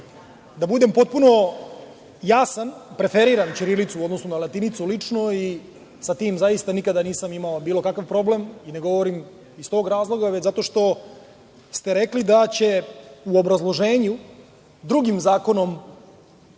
budem potpuno jasan, preferiram ćirilicu u odnosu na latinicu, lično, i sa tim zaista nisam imao bilo kakav problem i ne govorim iz tog razloga, već zato što ste rekli da će u obrazloženju drugim zakonom